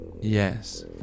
Yes